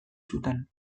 zuten